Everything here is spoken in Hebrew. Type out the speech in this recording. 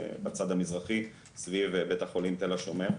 בצד המזרחי סביב בית החולים תל השומר.